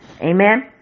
amen